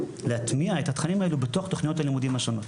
להטמיע את התכנים האלו בתוך תוכניות הלימודים השונות,